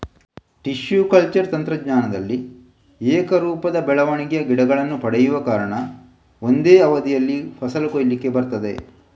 tissue culture ತಂತ್ರಜ್ಞಾನದಲ್ಲಿ ಏಕರೂಪದ ಬೆಳವಣಿಗೆಯ ಗಿಡಗಳನ್ನ ಪಡೆವ ಕಾರಣ ಒಂದೇ ಅವಧಿಯಲ್ಲಿ ಫಸಲು ಕೊಯ್ಲಿಗೆ ಬರ್ತದೆ